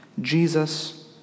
Jesus